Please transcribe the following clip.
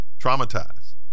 traumatized